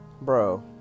Bro